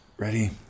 Ready